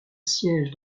siège